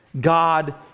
God